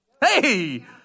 Hey